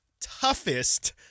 toughest